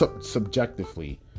subjectively